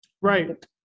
Right